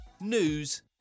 news